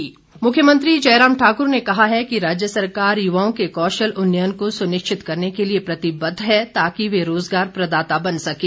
भेंट मुख्यमंत्री जयराम ठाकुर ने कहा है कि राज्य सरकार युवाओं के कौशल उन्नयन को सुनिश्चित करने के लिए प्रतिबद्ध है ताकि वे रोजगार प्रदाता बन सकें